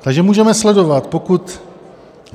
Takže můžeme sledovat, pokud